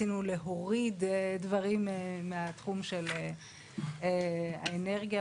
רצינו להוריד דברים מהתחום של האנרגיה.